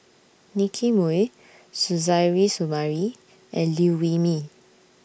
Nicky Moey Suzairhe Sumari and Liew Wee Mee